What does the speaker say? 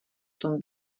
tom